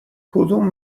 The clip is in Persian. کدوم